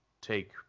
take